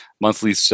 monthly